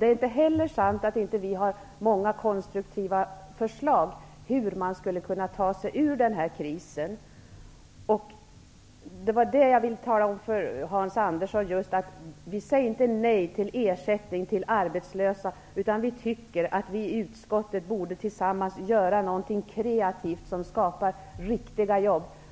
Det är inte sant att vi inte har många konstruktiva förslag till hur man skulle kunna ta sig ur denna kris. Jag vill tala om för Hans Andersson att vi inte säger nej till ersättning till arbetslösa, utan tycker att vi i utskottet tillsammans borde böra någonting kreativt som skapar riktiga jobb.